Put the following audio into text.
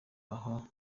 aho